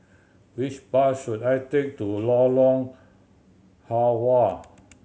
which bus should I take to Lorong Halwa